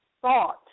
thought